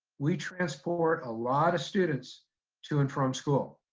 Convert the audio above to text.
we transport a lot of students to and from school.